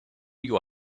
you